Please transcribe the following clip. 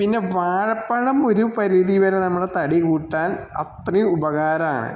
പിന്നെ വാഴപ്പഴം ഒരു പരിധി വരെ നമ്മളെ തടി കൂട്ടാൻ അത്രയും ഉപകാരമാണ്